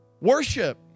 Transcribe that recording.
Worship